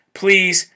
please